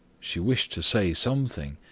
she wished to say something,